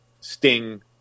Sting